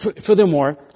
Furthermore